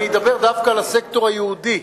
אני אדבר דווקא על הסקטור היהודי.